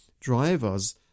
drivers